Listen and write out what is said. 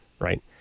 right